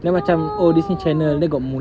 no